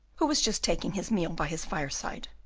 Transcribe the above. who was just taking his meal by his fireside.